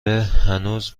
هنوز